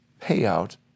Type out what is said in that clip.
payout